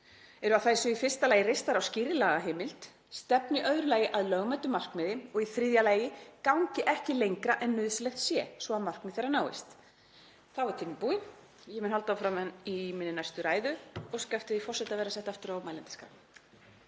eru að þær séu í fyrsta lagi reistar á skýrri lagaheimild, stefni í öðru lagi að lögmætu markmiði og í þriðja lagi gangi ekki lengra en nauðsynlegt sé svo að markmið þeirra náist.“ Þá er tíminn búinn og ég mun halda áfram í minni næstu ræðu. Ég óska eftir því við forseta að vera sett aftur á mælendaskrá.